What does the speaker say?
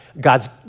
God's